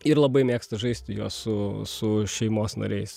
ir labai mėgsta žaisti juos su su šeimos nariais